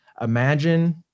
imagine